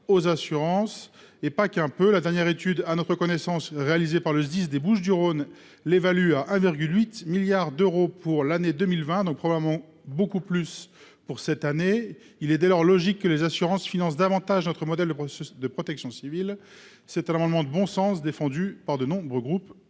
aux assurances, et pas qu'un peu ! La dernière étude à notre connaissance réalisée par le Sdis des Bouches-du-Rhône évalue ce gain à 1,8 milliard d'euros pour l'année 2020. C'est probablement beaucoup plus pour cette année. Il semble dès lors logique que les assurances financent davantage notre modèle de protection civile. C'est un amendement de bon sens, défendu par de nombreux groupes